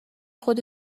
خود